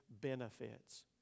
benefits